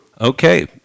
Okay